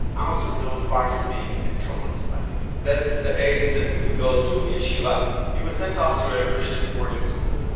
amos was still far from being in control of his life that's the age that we go to yeshiva he was sent off to a religious boarding school.